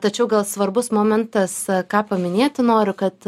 tačiau gal svarbus momentas ką paminėti noriu kad